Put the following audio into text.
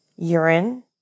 urine